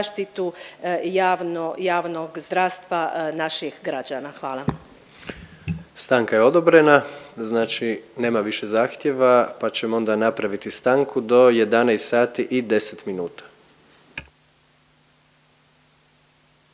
zaštitu javnog zdravstva naših građana. Hvala. **Jandroković, Gordan (HDZ)** Stanka je odobrena. Znači nema više zahtjeva, pa ćemo onda napraviti stanku do 11